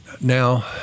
Now